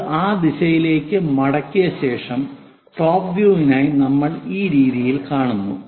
അത് ആ ദിശയിലേക്ക് മടക്കിയ ശേഷം ടോപ് വ്യൂയിനായി നമ്മൾ ഈ രീതിയിൽ കാണുന്നു